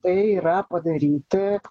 tai yra padaryt taip